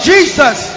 Jesus